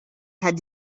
had